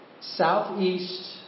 southeast